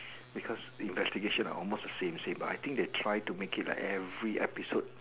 because the investigation are almost the same same but I think they try to make it like every episode